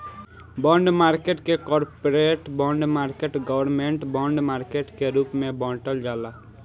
bond market के corporate bond market government bond market के रूप में बॉटल जाला